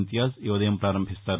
ఇంతియాజ్ ఈ ఉదయం పారంభిస్తారు